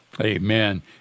Amen